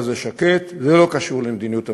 הזה שקט זה לא קשור למדיניות הממשלה.